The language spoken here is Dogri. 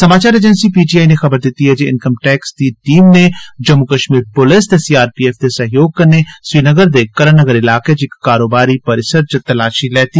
समाचार एजेंसी पीटीआई नै खबर दित्ती ऐ जे इंकम टैक्स दी टीम नै जम्मू कश्मीर पुलस ते सीआरपीएफ दे सैह्योग कन्नै श्रीनगर दे कर्ण नगर इलाके च इक कारोबारी परिसर च तलाशी लैती